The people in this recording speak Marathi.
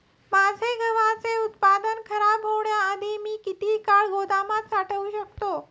माझे गव्हाचे उत्पादन खराब होण्याआधी मी ते किती काळ गोदामात साठवू शकतो?